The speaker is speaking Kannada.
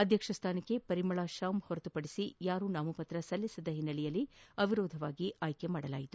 ಆಧ್ಯಕ್ಷ ಸ್ಟಾನಕ್ಷೆ ಪರಿಮಳಾ ಶಾಮ್ ಹೊರತುಪಡಿಸಿ ಯಾರೂ ನಾಮಪತ್ರ ಸಲ್ಲಿಸದ ಹಿನ್ನೆಲೆ ಅವಿರೋಧವಾಗಿ ಆಯ್ಕೆ ಮಾಡಲಾಗಿದೆ